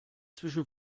zwischen